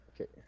okay